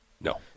No